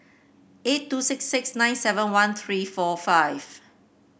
eight two six six nine seven one three four five